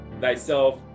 thyself